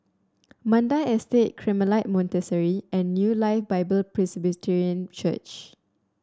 Mandai Estate Carmelite Monastery and New Life Bible Presbyterian Church